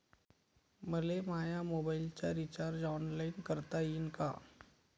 मले माया मोबाईलचा रिचार्ज ऑनलाईन करता येईन का?